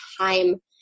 time